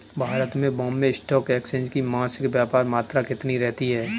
भारत में Bombay stock exchange की मासिक व्यापार मात्रा कितनी रहती है?